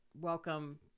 welcome